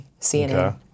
CNN